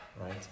Right